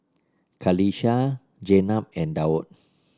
Qalisha Jenab and Daud